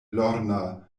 lorna